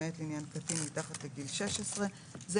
למעט לעניין קטין מתחת לגיל 16". זה